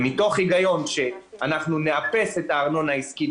מתוך הגיון שאנחנו נאפס את הארנונה העסקית